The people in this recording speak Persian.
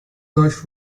داشت